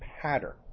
pattern